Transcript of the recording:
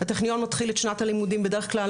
הטכניון מתחיל את שנת הלימודים בדרך כלל